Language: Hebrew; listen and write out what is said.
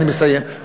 אני מסיים.